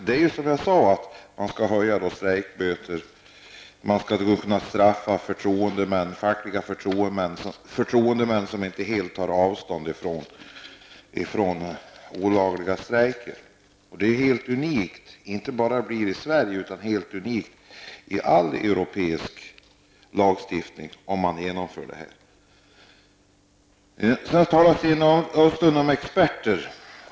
Det är som jag sade -- man skall höja strejkböter, man skall kunna straffa fackliga förtroendemän som inte helt tar avstånd från olagliga strejker. Det är helt unikt, inte bara i Sverige utan i all europeisk lagstiftning, om detta genomförs. Sedan talar Sten Östlund om experter.